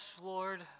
Lord